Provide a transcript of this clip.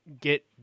get